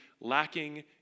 lacking